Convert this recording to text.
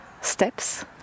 steps